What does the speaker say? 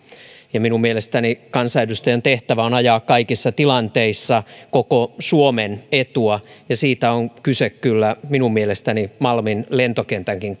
minun mielestäni kansanedustajan tehtävä on ajaa kaikissa tilanteissa koko suomen etua ja siitä on kyllä kyse minun mielestäni malmin lentokentänkin